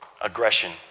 aggression